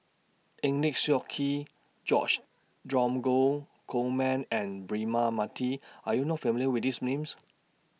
Eng Lee Seok Chee George Dromgold Coleman and Braema Mathi Are YOU not familiar with These Names